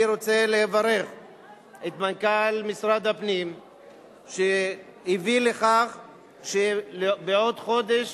אני רוצה לברך את מנכ"ל משרד הפנים שהביא לכך שבעוד חודש,